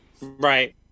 Right